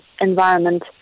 environment